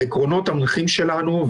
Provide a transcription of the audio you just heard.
העקרונות המנחים שלנו,